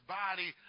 body